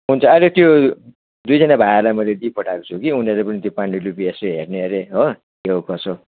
हुन्छ अहिले त्यो दुइजना भाइहरूलाई मैले दिइपठाएको छु कि उनीहरूले पनि त्यो पाण्डुलिपि यसो हेर्ने हरे हो के हो कसो हो